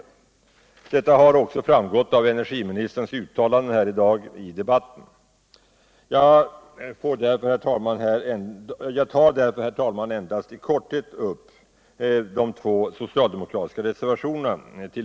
Detta har också framgått av energiministerns uttalanden i dagens debatt. Jag tar därför endast i korthet upp till behandling de två socialdemokratiska reservationerna.